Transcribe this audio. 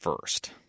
first